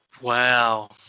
wow